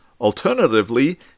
Alternatively